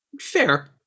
fair